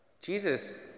Jesus